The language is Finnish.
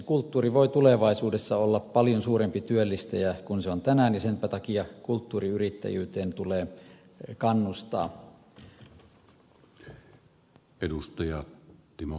kulttuuri voi tulevaisuudessa olla paljon suurempi työllistäjä kuin se on tänään ja senpä takia kulttuuriyrittäjyyteen tulee kannustaa